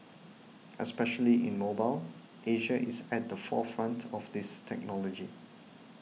especially in mobile Asia is at the forefront of this technology